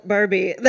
Barbie